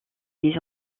des